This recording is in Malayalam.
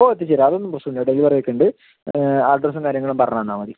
ഓ എത്തിച്ച് തരാം അത് ഒന്നും പ്രശ്നം ഇല്ല ഡെലിവറി ഒക്കെ ഉണ്ട് അഡ്രസ്സും കാര്യങ്ങളും പറഞ്ഞ് തന്നാൽ മതി